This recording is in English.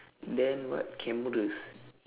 then what cameras